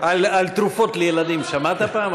על תרופות לילדים שמעת פעם,